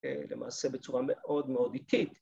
‫למעשה בצורה מאוד מאוד איטית.